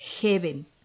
heaven